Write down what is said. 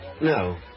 No